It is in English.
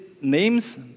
names